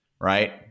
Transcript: Right